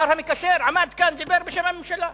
השר המקשר עמד כאן, דיבר בשם הממשלה.